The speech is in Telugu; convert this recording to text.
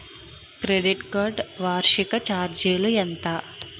క్రెడిట్ కార్డ్ వార్షిక ఛార్జీలు ఎంత?